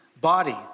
body